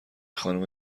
خانم